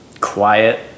Quiet